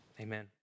Amen